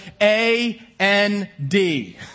A-N-D